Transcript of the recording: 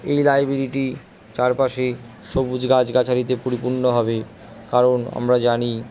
এই লাইব্রেরিটি চারপাশে সবুজ গাছগাছালিতে পরিপূর্ণ হবে কারণ আমরা জানি